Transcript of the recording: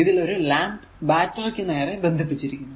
ഇതിൽ ഒരു lamp battery ക്കു നേരെ ബന്ധിപ്പിച്ചിരിക്കുന്നു